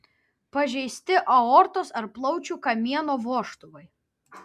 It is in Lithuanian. pažeisti aortos ar plaučių kamieno vožtuvai